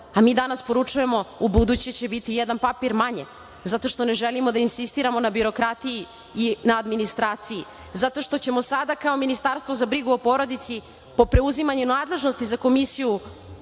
A mi danas poručujemo - ubuduće će biti jedan papir manje, zato što ne želimo da insistiramo na birokratiji i na administraciji, zato što ćemo sada kao Ministarstvo za brigu o porodici, po preuzimanju nadležnosti za Komisiju